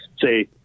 say